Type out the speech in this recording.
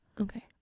okay